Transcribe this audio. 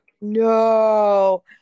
no